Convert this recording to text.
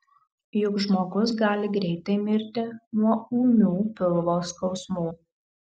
juk žmogus gali greitai mirti nuo ūmių pilvo skausmų